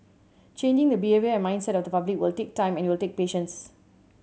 changing the behaviour and mindset of the public will take time and it will take patience